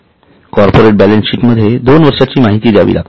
corporate बॅलन्सशीटमध्ये दोन वर्षांची माहिती द्यावी लागते